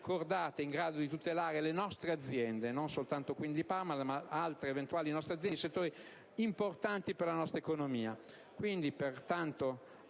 in grado di tutelare le nostre aziende, non soltanto quindi Parmalat, ma altre eventuali nostre imprese in settori importanti della nostra economia.